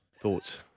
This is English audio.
Thoughts